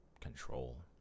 control